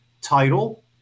title